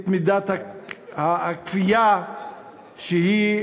את מידת הכפייה שהיא